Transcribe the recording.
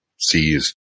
sees